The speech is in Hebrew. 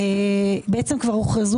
בעצם, כבר הוכרזו